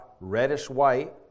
reddish-white